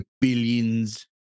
billions